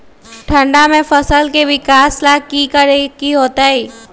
ठंडा में फसल के विकास ला की करे के होतै?